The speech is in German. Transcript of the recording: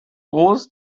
groß